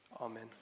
Amen